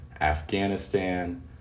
Afghanistan